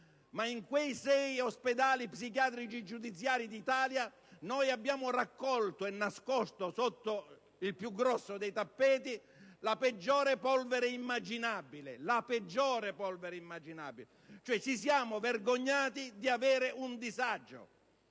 In quei sei ospedali psichiatrici giudiziari d'Italia noi abbiamo raccolto e nascosto sotto il più grosso dei tappeti la peggiore polvere immaginabile. Ripeto: la peggiore polvere immaginabile.